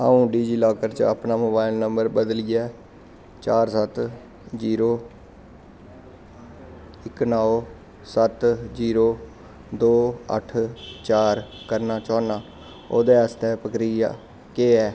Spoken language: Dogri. अ'ऊं डिजीलॉकर च अपना मोबाइल नंबर बदलियै चार सत्त जीरो इक नौ सत्त जीरो दो अट्ठ चार करना चौह्न्नां ओह्दे आस्तै पक्रिया केह् ऐ